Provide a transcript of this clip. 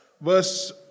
Verse